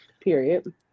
period